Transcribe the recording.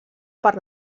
per